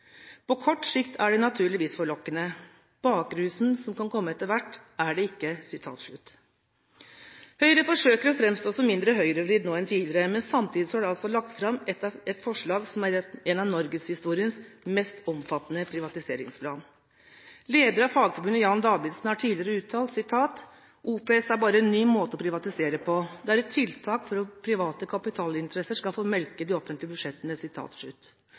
På kort sikt er det naturligvis forlokkende. Bakrusen som kan komme etter hvert, er det ikke.» Høyre forsøker å framstå som mindre høyrevridd nå enn tidligere, men samtidig har de altså lagt fram et forslag som er en av norgeshistoriens mest omfattende privatiseringsplaner. Leder av Fagforbundet, Jan Davidsen, har tidligere uttalt: «OPS er bare en ny måte å privatisere på. Det er et tiltak for at private kapitalinteresser skal få melke de offentlige budsjettene.»